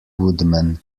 woodman